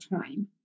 time